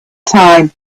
time